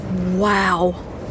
Wow